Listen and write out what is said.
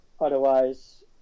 Otherwise